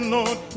Lord